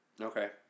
Okay